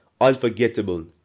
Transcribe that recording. unforgettable